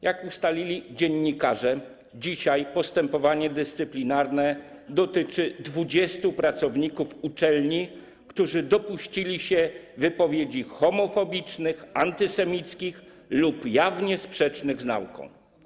Jak ustalili dziennikarze, dzisiaj postępowania dyscyplinarne dotyczą 20 pracowników uczelni, którzy dopuścili się wypowiedzi homofobicznych, antysemickich lub jawnie sprzecznych z nauką.